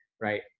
Right